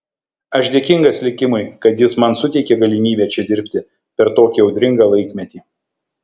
aš dėkingas likimui kad jis man suteikė galimybę čia dirbti per tokį audringą laikmetį